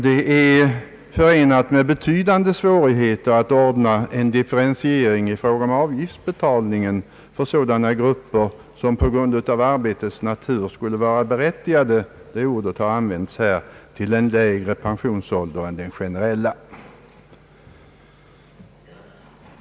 Det är också förenat med betydande svårigheter att ordna en differentiering i fråga om avgiftsbetalningen för sådana grupper, som på grund av arbetets natur skulle vara be rättigade — det ordet har använts här -— till en lägre pensionsålder än den generella.